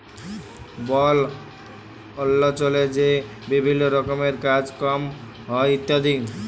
বল অল্চলে যে বিভিল্ল্য রকমের কাজ কম হ্যয় ইত্যাদি